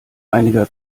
einiger